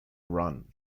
run